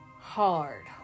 hard